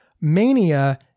Mania